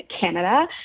Canada